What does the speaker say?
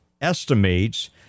estimates